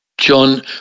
John